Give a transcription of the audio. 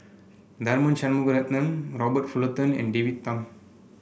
Tharman Shanmugaratnam Robert Fullerton and David Tham